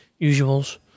usuals